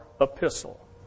epistle